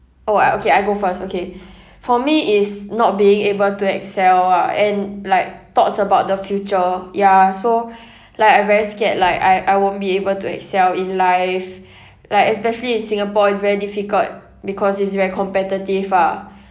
oh I okay I go first okay for me is not being able to excel ah and like thoughts about the future ya so like I very scared like I I won't be able to excel in life like especially in singapore it's very difficult because it's very competitive ah